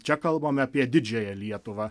čia kalbame apie didžiąją lietuvą